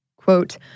Quote